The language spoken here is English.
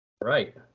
Right